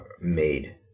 made